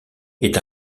est